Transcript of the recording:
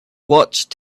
watched